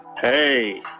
Hey